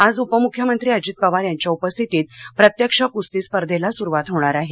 आज उपमुख्यमंत्री अजित पवार यांच्या उपस्थितीत प्रत्यक्ष कुस्ती स्पर्धेला सुरुवात होणार आहे